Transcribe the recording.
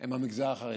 הם מהמגזר החרדי.